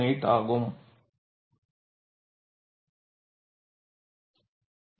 318 ஆகும்